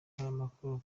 ntaramakuru